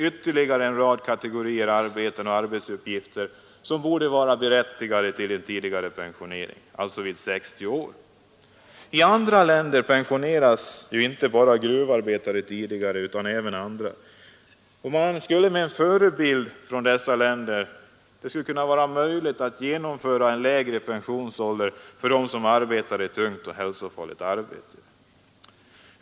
Ytterligare en rad kategorier arbetare borde vara berättigade till en tidigare pensionering, alltså vid 60 år. I många länder pensioneras inte bara gruvarbetare tidigare, utan även vissa andra kategorier. Med dessa länder som förebild skulle det vara möjligt att genomföra en lägre pensionsålder för dem som har ett tungt och hälsofarligt arbete.